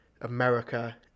America